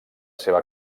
seva